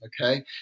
okay